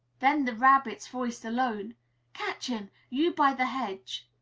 then the rabbit's voice alone catch him, you by the hedge!